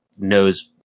knows